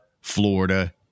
Florida